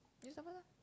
you start first ah